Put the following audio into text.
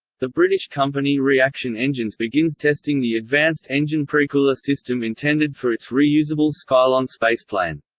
the british company reaction engines begins testing the advanced engine precooler system intended for its reusable skylon spaceplane.